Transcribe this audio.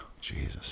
Jesus –